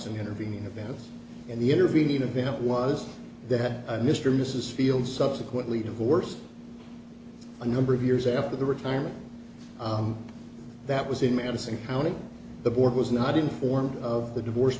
some intervening of that in the intervening event was that i mr mrs field's subsequently divorced a number of years after the retirement that was in madison county the board was not informed of the divorce